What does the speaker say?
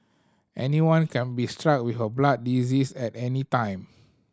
anyone can be struck with a blood disease at any time